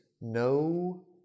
no